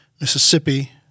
Mississippi